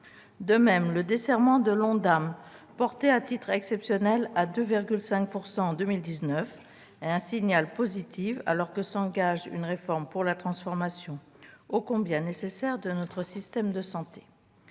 De même, le desserrement de l'ONDAM, porté à titre exceptionnel à 2,5 % en 2019, constitue un signal positif, alors que s'engage une réforme pour la transformation- ô combien nécessaire -de notre système de santé.